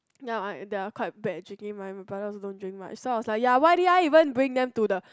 ya I they are quite bad actually my brother also don't drink much so I was like ya why did I even bring them to the